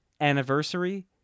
anniversary